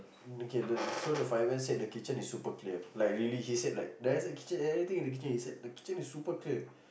okay the so the fireman said the kitchen is super clear like really he said like there isn't anything in the kitchen he said the kitchen is super clear